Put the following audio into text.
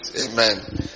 Amen